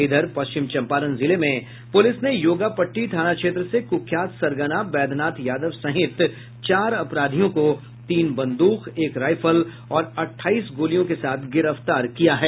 इधर पश्चिम चंपारण जिले में पुलिस ने योगापट्टी थाना क्षेत्र से कुख्यात सरगना बैद्यनाथ यादव सहित चार अपराधियों को तीन बंदूक एक राइफल और अठाईस गोलियों के साथ गिरफ्तार किया है